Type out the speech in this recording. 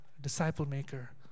disciple-maker